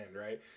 Right